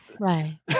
Right